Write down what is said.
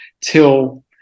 till